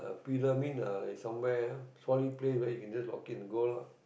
pills mean ah is somewhere solid place where you can just lock it and go lah